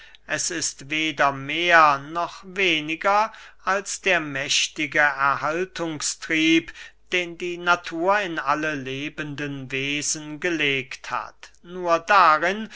es ist weder mehr noch weniger als der mächtige erhaltungstrieb den die natur in alle lebende wesen gelegt hat nur darin